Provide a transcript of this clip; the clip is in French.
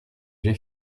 j’ai